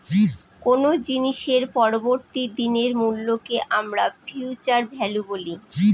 কোনো জিনিসের পরবর্তী দিনের মূল্যকে আমরা ফিউচার ভ্যালু বলি